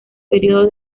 período